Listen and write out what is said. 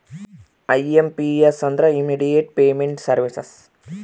IMPS ಅಂದ್ರ immediate payment services